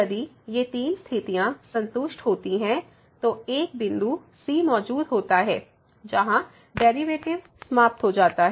यदि ये तीन स्थितियाँ संतुष्ट होती हैं तो एक बिंदु c मौजूद होता है जहाँ डेरिवेटिव समाप्त हो जाता है